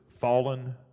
fallen